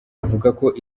avugako